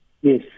yes